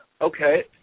Okay